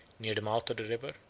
near the mouth of the river,